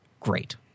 great